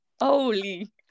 holy